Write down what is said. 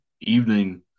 evening